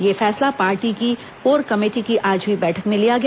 यह फैसला पार्टी की कोर कमेटी की आज हई बैठक में लिया गया